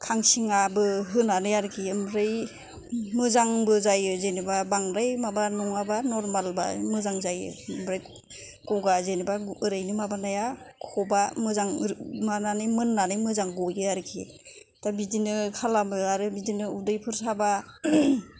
खांसिङाबो होनानै आरोखि ओमफ्राय मोजांबो जायो जेनेबा बांद्राय माबा नङाबा नरमालबा मोजां जायो ओमफ्राय गगा जेनेबा ओरैनो माबानाया खबा मोजां मोन्नानै मोजां गयो आरोखि दा बिदिनो खालामो आरो बिदिनो उदैफोर साबा